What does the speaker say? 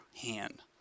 hand